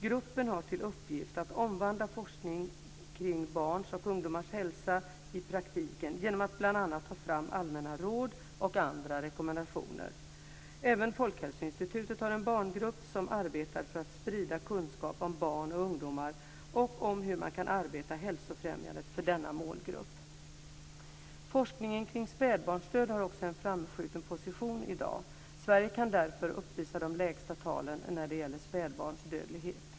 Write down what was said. Gruppen har till uppgift att omvandla forskningen kring barns och ungdomars hälsa i praktiken, genom att bl.a. ta fram allmänna råd och andra rekommendationer. Även Folkhälsoinstitutet har en barngrupp som arbetar för att sprida kunskap om barn och ungdomar och om hur man kan arbeta hälsofrämjande för denna målgrupp. Forskningen kring spädbarnsdöd har också en framskjuten position i dag. Sverige kan därför uppvisa de lägsta talen när det gäller spädbarnsdödlighet.